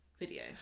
Video